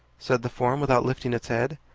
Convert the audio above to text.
said the form, without lifting its head.